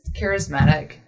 charismatic